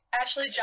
Ashley